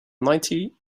ninety